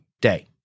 day